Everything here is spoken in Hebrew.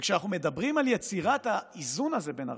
וכשאנחנו מדברים על יצירת האיזון הזה בין הרשויות,